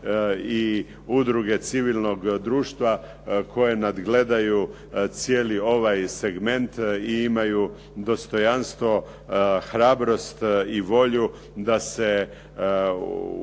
i udruge civilnog društva koje nadgledaju cijeli ovaj segment i imaju dostojanstvo, hrabrost i volju da se uhvate